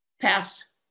pass